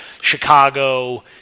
Chicago